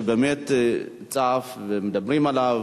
שבאמת צף ומדברים עליו,